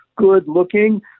good-looking